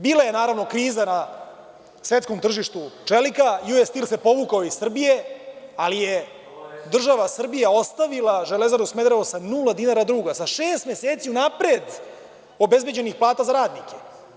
Bila je, naravno, kriza na svetskom tržištu čelika, „Ju Es Stil“ se povukao iz Srbije, ali je država Srbija ostavila „Železaru Smederevo“ sa nula dinara duga, sa šest meseci unapred obezbeđenih plata za radnike.